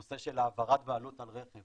נושא של העברת בעלות על רכב.